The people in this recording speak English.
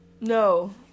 no